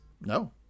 No